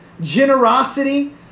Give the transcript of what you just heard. generosity